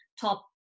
top